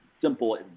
simple